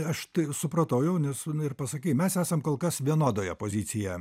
aš tai supratau jau nes na ir pasakei mes esam kol kas vienodoje pozicijoje